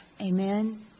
amen